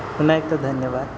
पुन्हा एकदा धन्यवाद